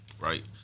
Right